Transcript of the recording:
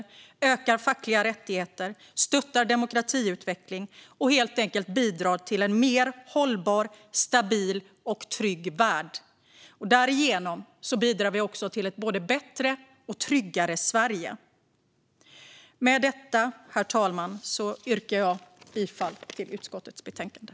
Det ökar också fackliga rättigheter, stöttar demokratiutveckling och bidrar till en mer hållbar, stabil och trygg värld. Därigenom bidrar vi också till ett både bättre och tryggare Sverige. Herr talman! Jag yrkar bifall till utskottets förslag i betänkandet.